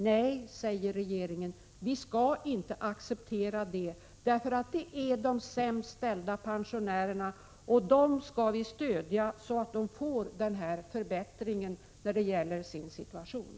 Nej, säger regeringen, vi skall inte acceptera det, för detta berör de sämst ställda pensionärerna. Dem skall vi stödja, så att de här får en förbättring av sin situation.